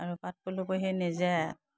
আৰু পাট পলু পুহি নিজে